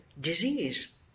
disease